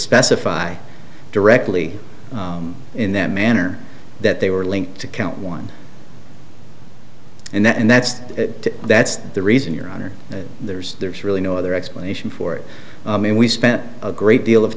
specify directly in that manner that they were linked to count one and that and that's that that's the reason your honor there's there's really no other explanation for it and we spent a great deal of